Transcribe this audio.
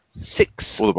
six